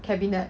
cabinet